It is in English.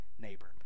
neighbor